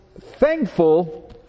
thankful